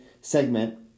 segment